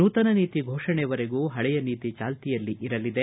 ನೂತನ ನೀತಿ ಘೋಷಣೆವರೆಗೂ ಪಳೆಯ ನೀತಿ ಚಾಲ್ತಿಯಲ್ಲಿ ಇರಲಿದೆ